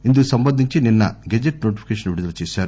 ఇందుకు సంబంధించి నిన్న గెజిట్ నోటిఫికేషన్ విడుదల చేశారు